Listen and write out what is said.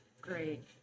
Great